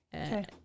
Okay